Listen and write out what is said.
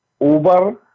Uber